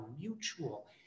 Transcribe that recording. mutual